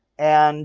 and